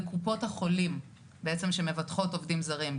בקופות החולים בעצם שמבטחות עובדים זרים,